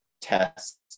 test